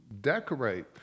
decorate